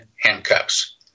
handcuffs